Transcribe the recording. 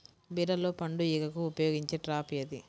బీరలో పండు ఈగకు ఉపయోగించే ట్రాప్ ఏది?